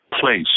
place